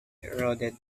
eroded